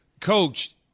Coach